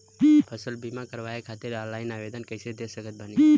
फसल बीमा करवाए खातिर ऑनलाइन आवेदन कइसे दे सकत बानी?